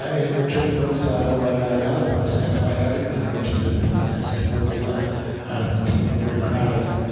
it triggered also another process by erdogan, which is a process towards totally autocratic,